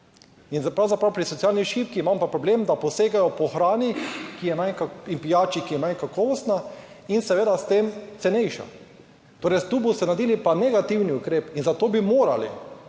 In pravzaprav pri socialnih šibkih imam pa problem, da posegajo po hrani, ki je manj in pijači, ki je manj kakovostna in seveda s tem cenejša. Torej tu boste naredili pa negativni ukrep. In zato bi morali,